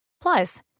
Plus